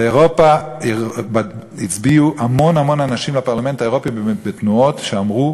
באירופה הצביעו המון המון אנשים לפרלמנט האירופי בתנועות שאמרו: